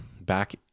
back